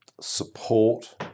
support